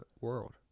world